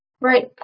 Right